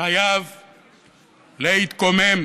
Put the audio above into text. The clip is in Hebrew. חייב להתקומם,